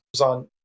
on